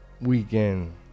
weekend